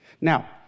Now